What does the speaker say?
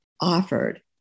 offered